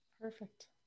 Perfect